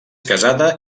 casada